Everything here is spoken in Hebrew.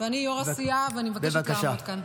ואני יושבת-ראש הסיעה ואני מבקשת לעמוד כאן.